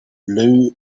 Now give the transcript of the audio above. blue